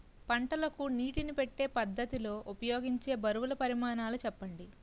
పంటలకు నీటినీ పెట్టే పద్ధతి లో ఉపయోగించే బరువుల పరిమాణాలు చెప్పండి?